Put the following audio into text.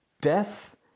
death